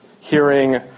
hearing